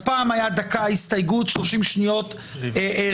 אז פעם הייתה דקה הסתייגות, 30 שניות רוויזיה.